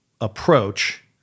approach